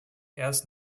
erst